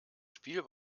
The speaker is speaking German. spiel